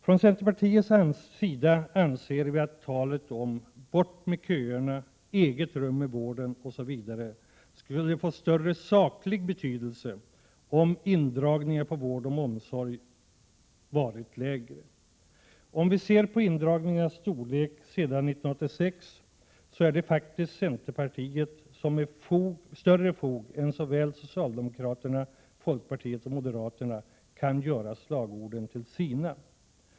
Från centerpartiets sida anser vi att talet om ”bort med köerna”, ”eget rum i vården” osv. skulle få större betydelse i sak, om indragningarna inom vård och omsorg hade varit mindre. Om vi ser på indragningarnas storlek sedan 1986, finner vi att det faktiskt är centerpartiet som med större fog än såväl socialdemokraterna som folkpartiet och moderaterna kan göra sådana här slagord till sina.